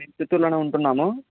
మేము చిత్తూరులోనే ఉంటున్నాము